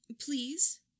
Please